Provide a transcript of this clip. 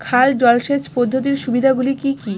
খাল জলসেচ পদ্ধতির সুবিধাগুলি কি কি?